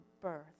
birth